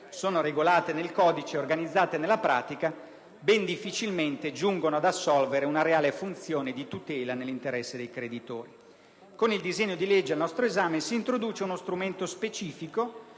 sono regolate nel codice e organizzate nella pratica, ben difficilmente esse giungono ad assolvere una reale funzione di tutela dell'interesse dei creditori. Con il disegno di legge al nostro esame si introduce uno strumento specifico,